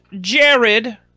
Jared